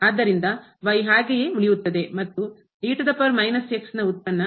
ಆದ್ದರಿಂದ ಹಾಗೆಯೇ ಉಳಿಯುತ್ತದೆ ಮತ್ತು ನ ಉತ್ಪನ್ನ ಆಗುತ್ತದೆ